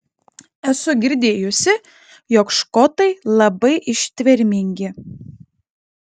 esu girdėjusi jog škotai labai ištvermingi